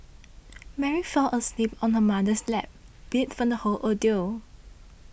Mary fell asleep on her mother's lap beat from the whole ordeal